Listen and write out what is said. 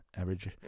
Average